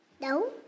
No